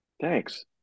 Thanks